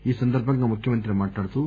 ఈ సందర్భంగా ముఖ్యమంత్రి మాట్లాడుతూ